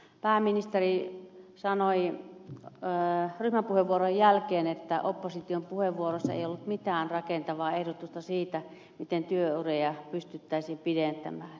pääministeri sanoi ryhmäpuheenvuorojen jälkeen että opposition puheenvuoroissa ei ollut mitään rakentavaa ehdotusta siitä miten työuria pystyttäisiin pidentämään